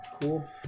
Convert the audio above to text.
Cool